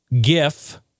GIF